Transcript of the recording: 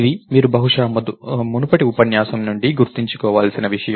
ఇది మీరు బహుశా మునుపటి ఉపన్యాసం నుండి గుర్తుంచుకోవాల్సిన విషయం